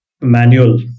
manual